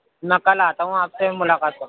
میں کل آتا ہوں آپ سے ملاقات کرتا ہوں